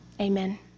Amen